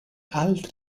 altri